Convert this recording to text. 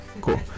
Cool